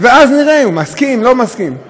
ואז נראה אם הוא מסכים לא מסכים.